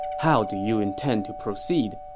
how do you intend to proceed?